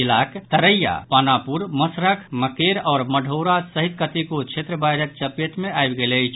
जिलाक तरैया पानापुर मशरख मकेर आओर मढ़ौरा सहित कतेको क्षेत्र बाढ़िक चपेट मे आबि गेल अछि